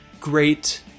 great